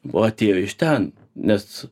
o atėjo iš ten nes